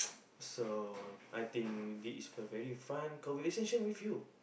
so I think this is a very fun conversation with you